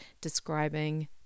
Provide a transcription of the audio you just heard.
describing